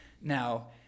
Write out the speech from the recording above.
Now